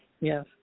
yes